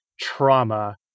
trauma